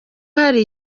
hari